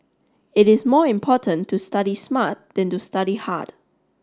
it is more important to study smart than to study hard